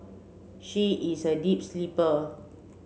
she is a deep sleeper